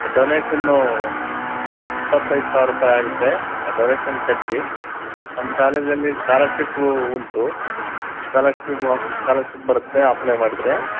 donation ಇಪ್ಪತ್ತೈದು ಸಾವಿರ ರೂಪಾಯಿ ಆಗುತ್ತೆ ಆ ಡೊನೇಶನ್ ಕಟ್ಟಿ ನಮ್ಮ ಕಾಲೇಜಲ್ಲಿ ಸ್ಕಾಲರ್ಶಿಪ್ಪು ಉಂಟು ಸ್ಕಾಲರ್ಶಿಪ್ ಸ್ಕಾಲರ್ಶಿಪ್ ಬರುತ್ತೆ ಅಪ್ಲೈ ಮಾಡಿದರೆ